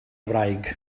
wraig